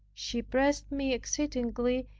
she pressed me exceedingly,